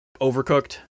Overcooked